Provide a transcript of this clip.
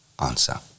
Answer